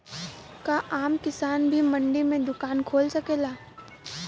का आम किसान भी मंडी में दुकान खोल सकेला?